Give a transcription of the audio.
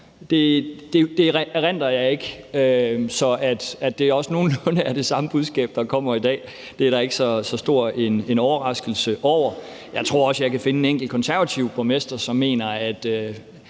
Det erindrer jeg ikke. Så at det også nogenlunde er det samme budskab, der kommer i dag, er der ikke så stor en overraskelse i. Jeg tror også, at jeg kan finde en enkelt konservativ borgmester, som mener,